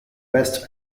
best